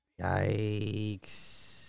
Yikes